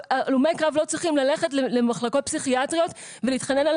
הלומי קרב לא צריכים ללכת למחלקות פסיכיאטריות ולהתחנן על